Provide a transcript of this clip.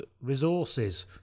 Resources